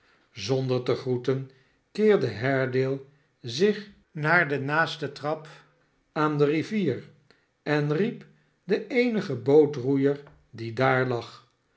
zonder te groeten keerde haredale zich naar de naaste trap aan de rivier en riep den eenigen bootroeier die daar lag